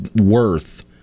worth